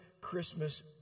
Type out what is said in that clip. Christmas